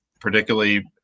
particularly